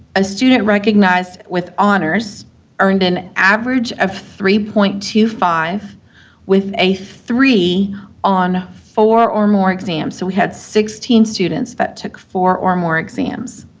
a student recognized with honors earned an average of three point two five with a three on four or more exams. so, we had sixteen students that took four or more exams.